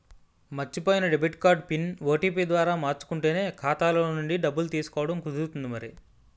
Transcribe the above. మర్చిపోయిన debit card PIN, OTP ద్వారా మార్చుకుంటేనే ఖాతాలో నుండి డబ్బులు తీసుకోవడం కుదురుతుంది మరి